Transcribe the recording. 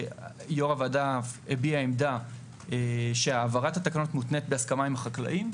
יו"ר הוועדה הביע עמדה שהעברת התקנות מותנית בהסכמה עם חקלאים.